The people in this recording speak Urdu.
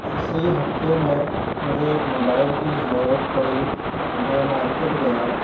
اِسی ہفتے میں مجھے ایک موبائل کی ضرورت پڑی میں مارکیٹ گیا